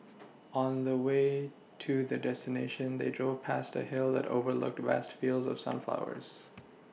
on the way to their destination they drove past a hill that overlooked vast fields of sunflowers